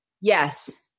Yes